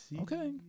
Okay